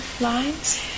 lines